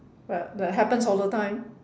but but happens all the time